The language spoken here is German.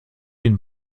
den